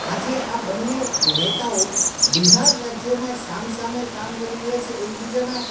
આજે આ બંને નેતાઓ બિહાર રાજ્યમાં સામ સામે કામ કરી રહ્યા છે એકબીજાના